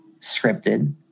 scripted